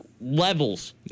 levels